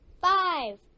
five